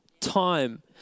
time